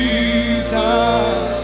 Jesus